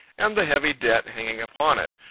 and the heavy debt hanging upon it,